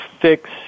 fix